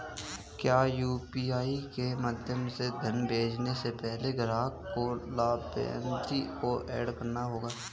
क्या यू.पी.आई के माध्यम से धन भेजने से पहले ग्राहक को लाभार्थी को एड करना होगा?